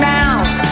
Mouse